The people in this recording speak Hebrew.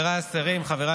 30 בעד,